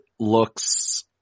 looks